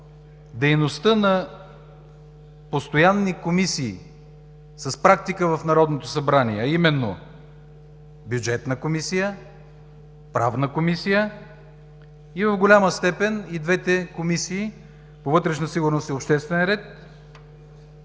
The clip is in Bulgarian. дейността на постоянни комисии с практика в Народното събрание, а именно Бюджетната комисия, Правната комисия и в голяма степен двете комисии – по вътрешна сигурност и обществен ред